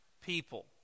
people